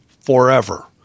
forever